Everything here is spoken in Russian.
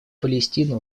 палестину